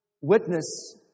witness